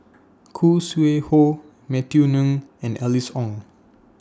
Khoo Sui Hoe Matthew Ngui and Alice Ong